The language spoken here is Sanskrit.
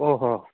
ओ हो